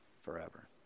forever